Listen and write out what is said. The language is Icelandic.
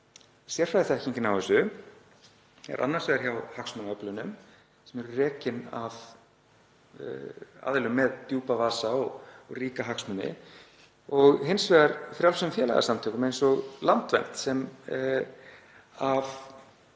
sérfræðiþekkingin á þessu er annars vegar hjá hagsmunaöflunum, sem eru rekin af aðilum með djúpa vasa og ríka hagsmuni, og hins vegar hjá frjálsum félagasamtökum eins og Landvernd, sem